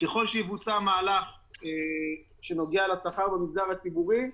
ככל שיבוצע מהלך שנוגע לשכר במגזר הציבורי,